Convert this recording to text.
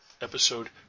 episode